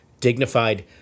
dignified